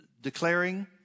declaring